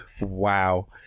Wow